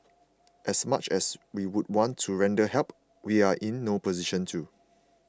as much as we would want to render help we are in no position to